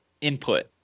input